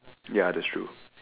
ya that's true